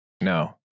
No